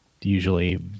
usually